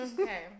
Okay